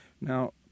Now